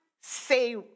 say